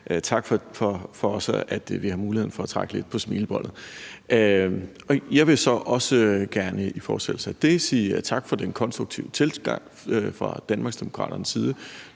tak for, at vi får mulighed for at trække lidt på smilebåndet. Jeg vil så også gerne i fortsættelse af det sige tak for den konstruktive tilgang fra Danmarksdemokraternes side.